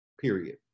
period